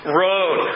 road